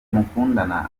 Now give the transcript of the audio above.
mukundana